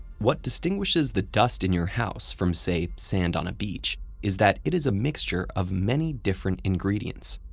what distinguishes the dust in your house from, say, sand on a beach is that it is a mixture of many different ingredients.